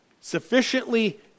sufficiently